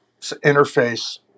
interface